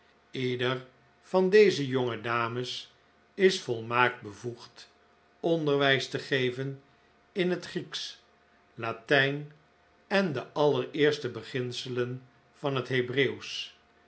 ieder van deze jonge dames is volmaakt bevoegd onderwijs te geven in het grieksch latijn en de allereerste beginselen van het